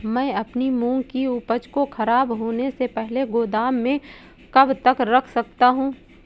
मैं अपनी मूंग की उपज को ख़राब होने से पहले गोदाम में कब तक रख सकता हूँ?